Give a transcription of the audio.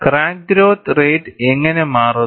crack growth rate എങ്ങനെ മാറുന്നു